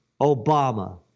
Obama